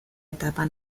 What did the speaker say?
etapa